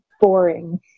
boring